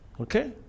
Okay